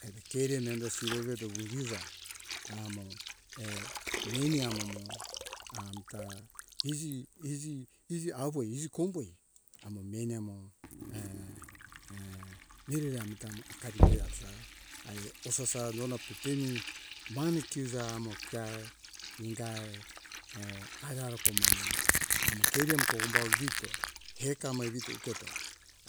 Evi keri menda sire veto wugiza amo meni amomo amta izi izi izi awoi izi komboi amo meni amo mirere amitamo hakaribe hatza ae hosasa nona pepemi mane kiuza amo keai ingae aia arokomane amo keri amo kombavito e kamai vito uketo